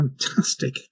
fantastic